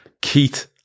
Keith